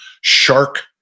shark